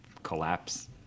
collapse